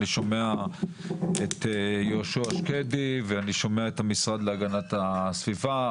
אני שומע את יהושוע שקדי ואני שומע את המשרד להגנת הסביבה.